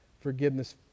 forgiveness